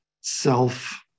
self